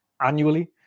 annually